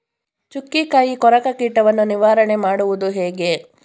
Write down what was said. ಚುಕ್ಕಿಕಾಯಿ ಕೊರಕ ಕೀಟವನ್ನು ನಿವಾರಣೆ ಮಾಡುವುದು ಹೇಗೆ?